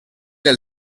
del